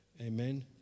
Amen